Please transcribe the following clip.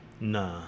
Nah